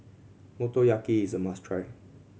motoyaki is a must try